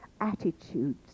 attitudes